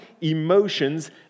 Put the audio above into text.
emotions